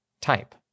Type